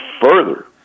further